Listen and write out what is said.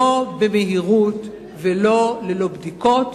לא במהירות ולא ללא בדיקות.